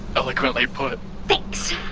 eloquently put thanks.